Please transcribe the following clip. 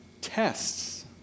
tests